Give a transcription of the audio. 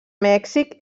mèxic